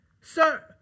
sir